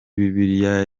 bibiliya